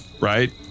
right